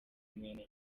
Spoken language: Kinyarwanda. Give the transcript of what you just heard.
mwene